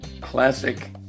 classic